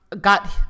got